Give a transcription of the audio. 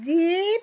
jeep